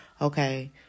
Okay